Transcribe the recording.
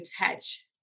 attach